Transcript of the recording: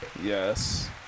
Yes